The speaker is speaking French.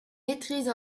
maîtrise